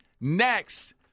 next